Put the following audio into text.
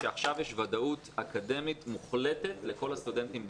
שעכשיו יש ודאות אקדמית מוחלטת לכל הסטודנטים במדינה.